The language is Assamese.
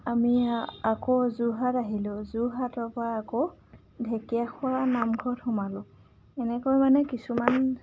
আমি আকৌ যোৰহাট আহিলোঁ যোৰহাটৰ পৰা আকৌ ঢেকীয়াখোৱা নামঘৰত সোমালোঁ এনেকৈ মানে কিছুমান